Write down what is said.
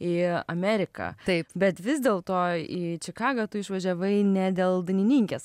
į ameriką taip bet vis dėl to į čikagą tu išvažiavai ne dėl dainininkės